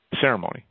ceremony